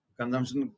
consumption